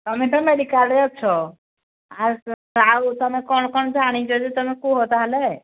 ତୁମେ ତ ମେଡିକାଲରେ ଅଛ ଆଉ ତୁମେ କ'ଣ କ'ଣ ଜାଣିି ଯଦି ତୁମେ କୁହ ତା'ହେଲେ